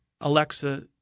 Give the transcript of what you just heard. Alexa